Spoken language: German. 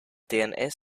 dns